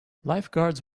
lifeguards